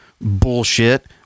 bullshit